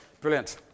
brilliant